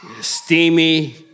steamy